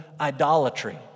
idolatry